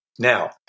Now